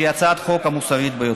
שהיא הצעת החוק המוסרית ביותר.